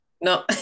no